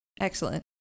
Excellent